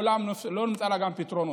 לעולם לא נמצא לה פתרונות.